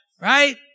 right